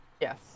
Yes